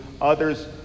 others